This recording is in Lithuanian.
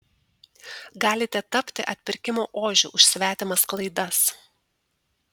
galite tapti atpirkimo ožiu už svetimas klaidas